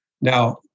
Now